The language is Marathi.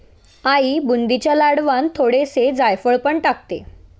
आई बुंदीच्या लाडवांत थोडेसे जायफळ पण टाकते